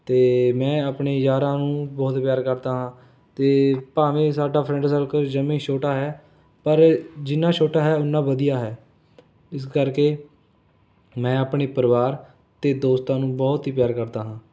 ਅਤੇ ਮੈਂ ਆਪਣੇ ਯਾਰਾਂ ਨੂੰ ਬਹੁਤ ਪਿਆਰ ਕਰਦਾ ਹਾਂ ਅਤੇ ਭਾਵੇਂ ਇਹ ਸਾਡਾ ਫਰੈਂਡ ਸਰਕਲ ਜਮਾ ਹੀ ਛੋਟਾ ਹੈ ਪਰ ਜਿੰਨਾ ਛੋਟਾ ਹੈ ਓਨਾ ਵਧੀਆ ਹੈ ਇਸ ਕਰਕੇ ਮੈਂ ਆਪਣੇ ਪਰਿਵਾਰ ਅਤੇ ਦੋਸਤਾਂ ਨੂੰ ਬਹੁਤ ਹੀ ਪਿਆਰ ਕਰਦਾ ਹਾਂ